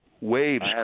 Waves